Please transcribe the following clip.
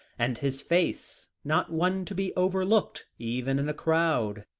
and his face not one to be overlooked, even in a crowd.